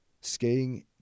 skating